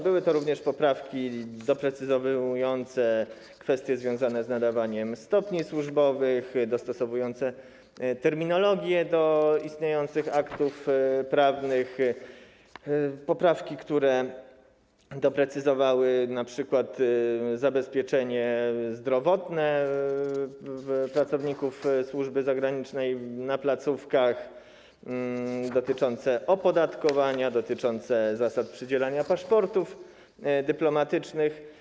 Były to również poprawki doprecyzowujące kwestie związane z nadawaniem stopni służbowych, dostosowujące terminologię do istniejących aktów prawnych, poprawki, które doprecyzowały np. zabezpieczenie zdrowotne pracowników służby zagranicznej na placówkach, dotyczące opodatkowania, dotyczące zasad przydzielania paszportów dyplomatycznych.